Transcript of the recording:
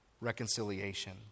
reconciliation